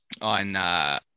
On